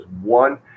one